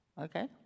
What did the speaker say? Okay